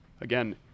again